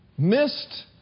Missed